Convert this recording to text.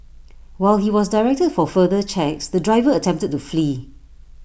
while he was directed for further checks the driver attempted to flee